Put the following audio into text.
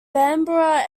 bambara